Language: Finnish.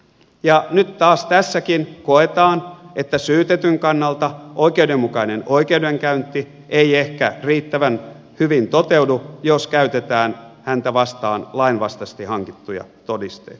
ja nyt taas tässäkin koetaan että syytetyn kannalta oikeudenmukainen oikeudenkäynti ei ehkä riittävän hyvin toteudu jos käytetään häntä vastaan lainvastaisesti hankittuja todisteita